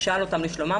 לא תלוי בבחירות,